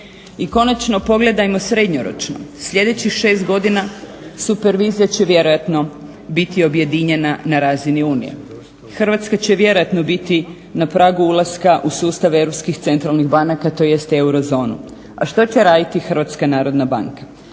I konačno, pogledajmo srednjoročno. Slijedećih 6 godina supervizija će vjerojatno biti objedinjena na razini Unije. Hrvatska će vjerojatno biti na pragu ulaska u sustav europskih centralnih banaka tj. eurozonu. A što će raditi HNB? Da li će biti